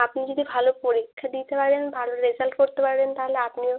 আপনি যদি ভালো পরীক্ষা দিতে পারেন ভালো রেজাল্ট করতে পারেন তালে আপনিও